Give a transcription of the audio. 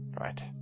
right